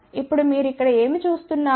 ఇప్పుడు మీరు ఇక్కడ ఏమి చూస్తున్నారు